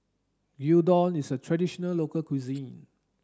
Gyudon is a traditional local cuisine